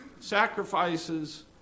sacrifices